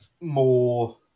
more